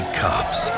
cops